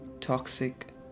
toxic